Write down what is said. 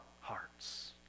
hearts